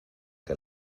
que